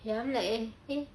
ya I'm like eh eh